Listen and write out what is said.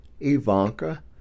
Ivanka